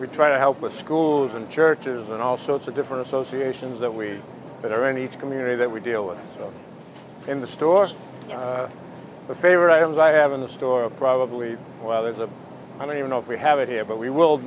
we try to help with schools and churches and all sorts of different associations that we that are in each community that we deal with in the stores the favorite items i have in the store are probably well there's a i don't even know if we have it here but we will